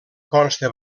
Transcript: consta